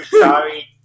sorry